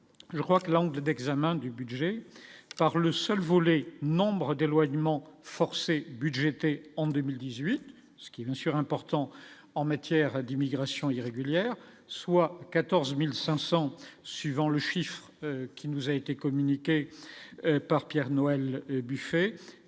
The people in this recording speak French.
je crois que l'angle d'examen du budget par le seul volet nombre d'éloignement forcé budgétés en 2018, ce qui est bien sûr important en matière d'immigration irrégulière, soit 14500 suivant le chiffre qui nous a été communiquée par Pierre Noël Buffet